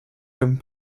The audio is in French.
comme